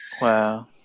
Wow